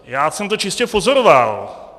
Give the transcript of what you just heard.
Já jsem to čistě pozoroval.